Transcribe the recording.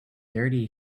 dirty